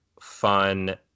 fun